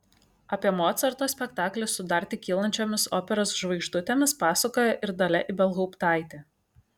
apie mocarto spektaklį su dar tik kylančiomis operos žvaigždutėmis pasakoja ir dalia ibelhauptaitė